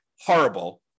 horrible